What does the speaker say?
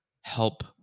help